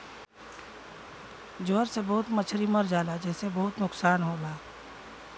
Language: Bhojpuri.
ज्वर से बहुत मछरी मर जाला जेसे बहुत नुकसान होला